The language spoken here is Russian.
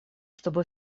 чтобы